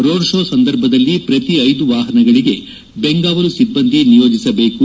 road show ಸಂದರ್ಭದಲ್ಲಿ ಪ್ರತಿ ಐದು ವಾಹನಗಳಿಗೆ ಬೆಂಗಾವಲು ಸಿಬ್ಬಂದಿ ನಿಯೋಜಿಸಬೇಕು